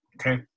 okay